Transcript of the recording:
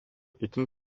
itin